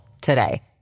today